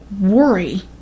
worry